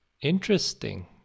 Interesting